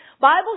Bible